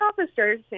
officers